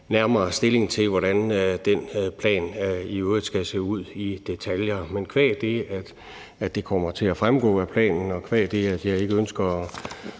nærmere stilling til, hvordan den plan i øvrigt skal se ud i detaljer. Men qua det, at det kommer til at fremgå af planen, og qua det, at jeg ikke ønsker